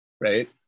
right